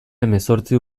hemezortzi